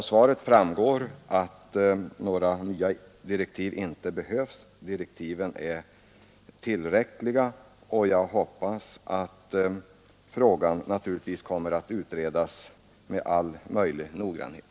Av svaret framgår att några nya direktiv inte behövs. Direktiven är tillräckliga, och jag hoppas att frågan kommer att utredas med all möjlig noggrannhet.